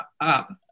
up